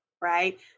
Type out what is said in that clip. right